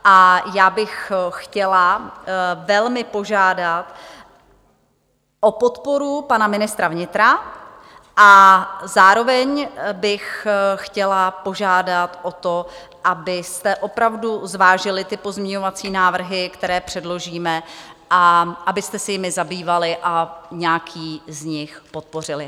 A já bych chtěla velmi požádat o podporu pana ministra vnitra a zároveň bych chtěla požádat o to, abyste opravdu zvážili ty pozměňovací návrhy, které předložíme, a abyste se jimi zabývali a nějaký z nich podpořili.